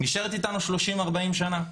נשארת איתנו 30 40 שנה,